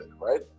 right